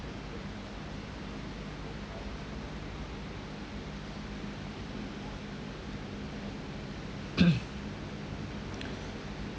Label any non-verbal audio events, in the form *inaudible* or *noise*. *coughs*